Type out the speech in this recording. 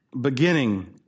beginning